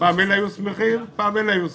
פעם אלה היו שמחים ופעם אלה היו שמחים.